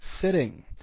sitting